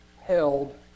held